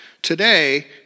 today